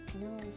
no